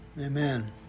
amen